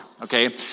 Okay